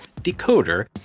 DECODER